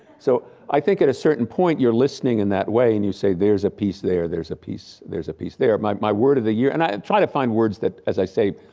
so i think at a certain point, you're listening in that way and you say there's a piece there there's a piece, there's a piece there. my my word of the year, and i try to find words that, as i say,